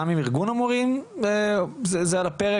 גם עם ארגון המורים זה על הפרק,